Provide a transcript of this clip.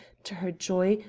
to her joy,